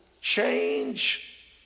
change